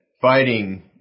fighting